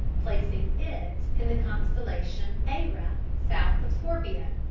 placing it in the constellation ara, south of scorpio.